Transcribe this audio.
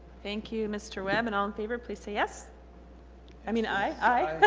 thank you mr. webb and all in favor please say yes i mean aye